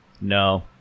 no